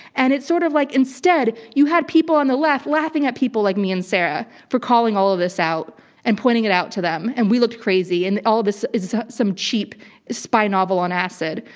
and it's sort of like, instead, you had people on the left laughing at people like me and sarah for calling all of this out and pointing it out to them. and we looked crazy. and all this is some cheap spy novel on acid.